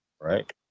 Right